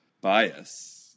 bias